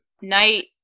night